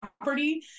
property